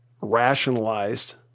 rationalized